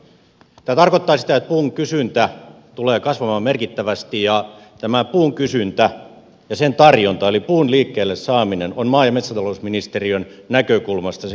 tämä tarkoittaa sitä että puun kysyntä tulee kasvamaan merkittävästi ja tämä puun kysyntä ja sen tarjonta eli puun liikkeelle saaminen on maa ja metsätalousministeriön näkökulmasta se keskeisin asia